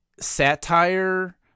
satire